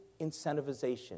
incentivization